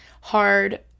hard